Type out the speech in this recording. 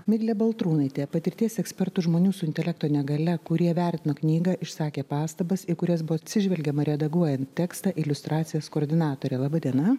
miglė baltrūnaitė patirties ekspertų žmonių su intelekto negalia kurie vertino knygą išsakė pastabas į kurias buvo atsižvelgiama redaguojant tekstą iliustracijas koordinatorė laba diena